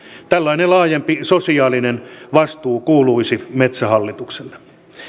tällainen laajempi sosiaalinen vastuu kuuluisi metsähallitukselle